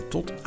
Tot